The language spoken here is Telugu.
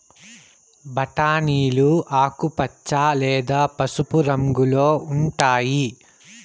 బఠానీలు ఆకుపచ్చ లేదా పసుపు రంగులో ఉంటాయి